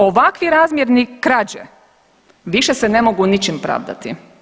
Ovakvi razmjeri krađe više se ne mogu ničim pravdati.